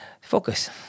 focus